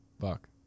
Fuck